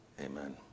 Amen